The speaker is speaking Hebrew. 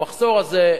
המחסור הזה,